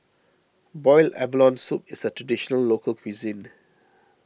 Boiled Abalone Soup is a Traditional Local Cuisine